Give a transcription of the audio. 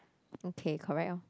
okay correct lor